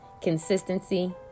consistency